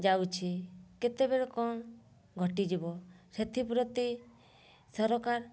ଯାଉଛି କେତେବେଳେ କ'ଣ ଘଟିଯିବ ସେଥିପ୍ରତି ସରକାର